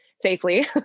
safely